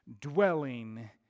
dwelling